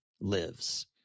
lives